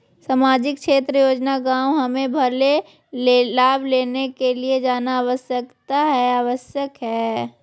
सामाजिक क्षेत्र योजना गांव हमें लाभ लेने के लिए जाना आवश्यकता है आवश्यकता है?